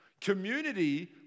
Community